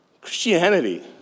Christianity